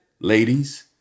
ladies